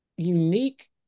unique